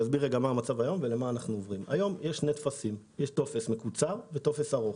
היום שני טפסים, טופס מקוצר וטופס ארוך.